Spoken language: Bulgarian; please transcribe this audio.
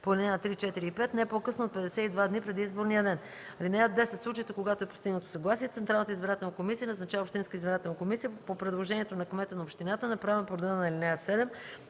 по ал. 3, 4 и 5 не по-късно от 52 дни преди изборния ден. (10) В случаите когато е постигнато съгласие, Централната избирателна комисия назначава общинската избирателна комисия по предложението на кмета на общината, направено по реда на ал. 7,